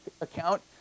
account